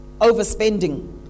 overspending